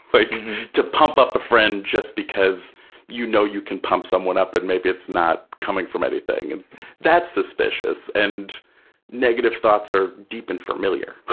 like to pump up a friend just because you know you can pump someone up and maybe it's not coming from anything, and that's suspicious. and negative thoughts are deep and familiar.